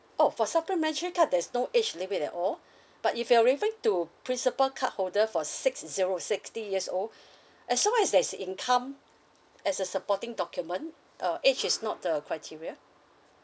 orh for supplementary card there is no age limit at all but if you're referring to principal card holder for six zero sixty years old as long as there is income as a supporting document uh age is not the criteria